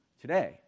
today